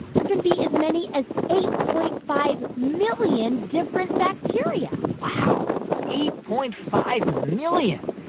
there can be as many as eight point five million different bacteria wow eight point five million.